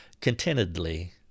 contentedly